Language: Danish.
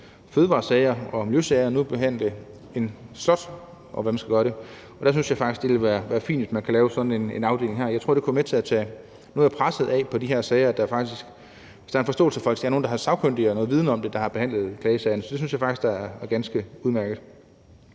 fødevaresager og miljøsager, nu behandle en sag om et slot? Og der synes jeg faktisk, det vil være fint, hvis man kan lave sådan en afdeling med det her. Jeg tror, at det kan være med til at tage noget af presset, der er på de her sager, hvis der er en forståelse for, at det skal være nogle sagkyndige, der har noget viden om det, der behandler klagesagerne. Det synes jeg faktisk er ganske udmærket.